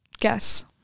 Guess